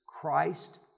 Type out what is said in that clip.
Christ